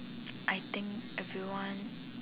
I think everyone